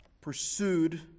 pursued